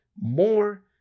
more